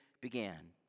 began